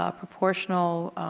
ah proportional